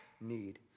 need